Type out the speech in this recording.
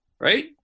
right